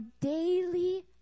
daily